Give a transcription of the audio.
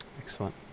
Excellent